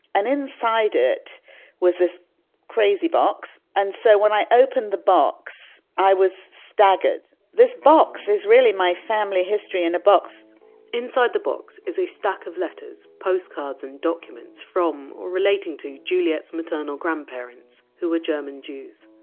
and inside it was this crazy box. and so when i opened the box i was staggered. this box is really my family history in a box inside the box is a stack of letters, postcards and documents from or relating to juliet! s maternal grandparents, who were german jews.